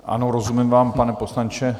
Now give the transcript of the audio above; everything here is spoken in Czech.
Ano, rozumím vám, pane poslanče.